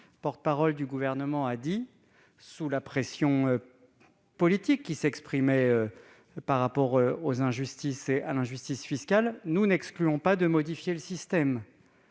porte-parole du Gouvernement a affirmé, sous la pression politique qui s'exprimait du fait des injustices, notamment de l'injustice fiscale :« nous n'excluons pas de modifier le système